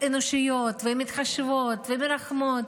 אנושיות ומתחשבות ומרחמות,